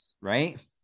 right